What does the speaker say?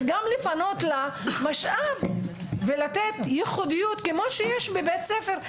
לפנות לה משאב ולתת ייחודיות כמו שיש בבית ספר.